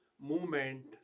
movement